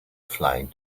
flying